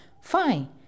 Fine